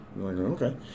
Okay